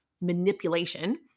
manipulation